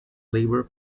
labour